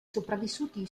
sopravvissuti